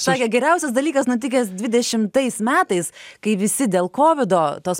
sakė geriausias dalykas nutikęs dvidešimtais metais kai visi dėl kovido tos